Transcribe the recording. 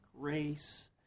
grace